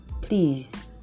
please